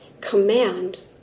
command